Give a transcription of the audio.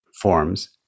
forms